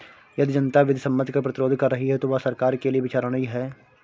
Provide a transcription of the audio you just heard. यदि जनता विधि सम्मत कर प्रतिरोध कर रही है तो वह सरकार के लिये विचारणीय है